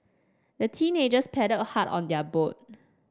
the teenagers paddled hard on their boat